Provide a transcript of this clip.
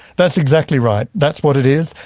that's exactly right. that's what it is.